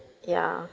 ya